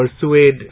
persuade